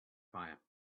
fire